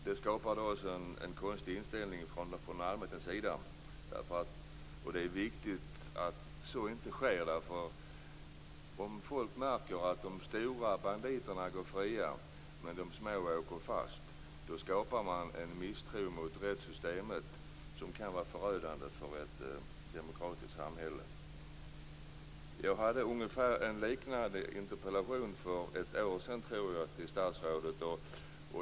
Det skapar en konstig inställning från allmänhetens sida, och det är viktigt att så inte sker. Om folk märker att de stora banditerna går fria medan de små åker fast, skapar man en misstro mot rättssystemet som kan vara förödande för ett demokratiskt samhälle. Jag framställde en liknande interpellation för ett år sedan, tror jag, till statsrådet.